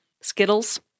Skittles